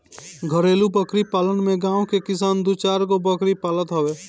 घरेलु बकरी पालन में गांव के किसान दू चारगो बकरी पालत हवे